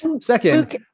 Second